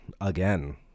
again